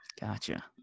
Gotcha